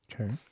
Okay